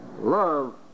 Love